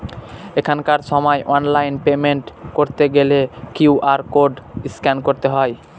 এখনকার সময় online payment করতে গেলে কিউ.আর কোড স্ক্যান করতে হয়